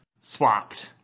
swapped